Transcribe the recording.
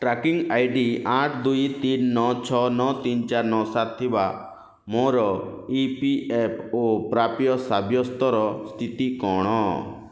tracking ID ଆଠ ଦୁଇ ତିନି ନଅ ଛଅ ନଅ ତିନି ଚାରି ନଅ ସାତ ଥିବା ମୋର ଇ ପି ଏଫ୍ ଓ ପ୍ରାପ୍ୟ ସାବ୍ୟସ୍ତର ସ୍ଥିତି କଣ